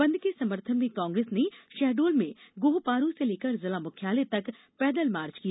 बंद के समर्थन में कांग्रेस ने शहडोल में गोहपारू से लेकर जिला मुख्यालय तक पैदल मार्च किया